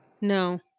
No